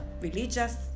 religious